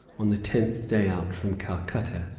on the tenth day out from calcutta.